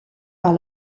par